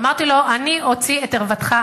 אמרתי לו: אני אוציא את ערוותך,